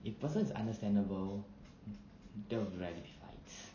if person is understandable there will be rarely fights